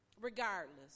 Regardless